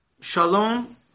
Shalom